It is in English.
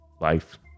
life